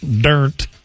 Dirt